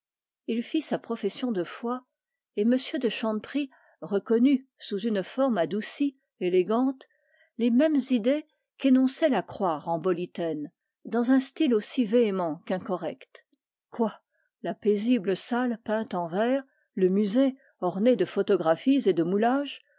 il fit sa profession de foi et m de chanteprie reconnut sous une forme élégante les mêmes idées qu'énonçait la croix rambolitaine dans un style aussi véhément qu'incorrect quoi la paisible salle peinte en vert le musée orné de photographie et de moulages